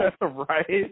right